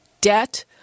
debt